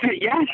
Yes